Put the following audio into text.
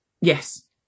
Yes